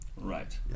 Right